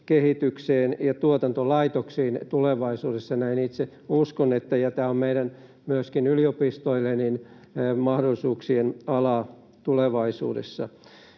kehitykseen ja tuotantolaitoksiin tulevaisuudessa, näin itse uskon, ja tämä on myöskin meidän yliopistoillemme mahdollisuuksien ala tulevaisuudessa.